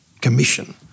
Commission